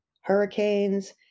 hurricanes